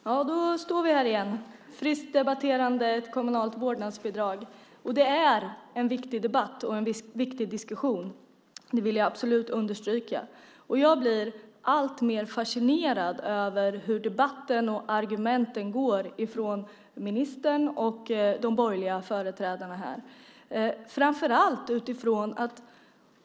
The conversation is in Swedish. Fru talman! Nu står vi här igen, friskt debatterande ett kommunalt vårdnadsbidrag. Det är en viktig debatt och en viktig diskussion; det vill jag absolut understryka. Jag blir alltmer fascinerad över hur debatten går och över argumenten från ministern och de borgerliga företrädarna här.